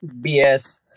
bs